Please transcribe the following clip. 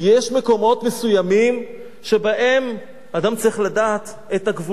יש מקומות מסוימים שבהם אדם צריך לדעת את הגבולות.